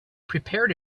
prepared